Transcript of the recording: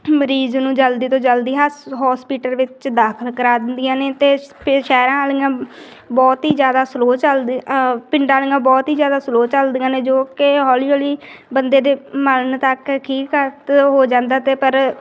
ਮਰੀਜ਼ ਨੂੰ ਜਲਦੀ ਤੋਂ ਜਲਦੀ ਹਸ ਹੋਸਪੀਟਲ ਵਿੱਚ ਦਾਖਲ ਕਰਾ ਦਿੰਦੀਆਂ ਨੇ ਅਤੇ ਫਿਰ ਸ਼ਹਿਰਾਂ ਵਾਲੀਆਂ ਬਹੁਤ ਹੀ ਜ਼ਿਆਦਾ ਸਲੋ ਚੱਲਦੇ ਪਿੰਡਾਂ ਵਾਲੀਆਂ ਬਹੁਤ ਹੀ ਜ਼ਿਆਦਾ ਸਲੋਅ ਚੱਲਦੀਆਂ ਨੇ ਜੋ ਕਿ ਹੌਲੀ ਹੌਲੀ ਬੰਦੇ ਦੇ ਮਾਰਨ ਤੱਕ ਕੀ ਹੋ ਜਾਂਦਾ ਅਤੇ ਪਰ